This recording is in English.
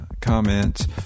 comments